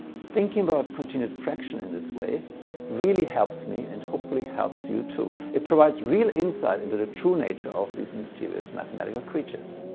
thinking about continued fraction in this way really helps me and hopefully helps you too. it provides real insight into the true nature of these mysterious mathematical creatures.